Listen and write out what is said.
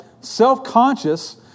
self-conscious